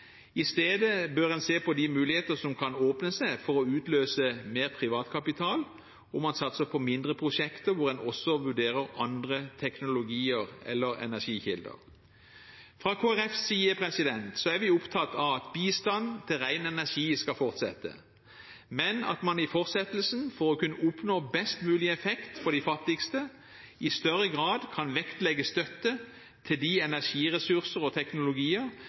I stedet bør en se på de muligheter som kan åpne seg for å utløse mer privat kapital, og satse på mindre prosjekter hvor en også vurderer andre teknologier eller energikilder. Vi i Kristelig Folkeparti er opptatt av at bistand til ren energi skal fortsette, men at man i fortsettelsen, for å kunne oppnå best mulig effekt for de fattigste, i større grad kan vektlegge støtte til de energiressurser og teknologier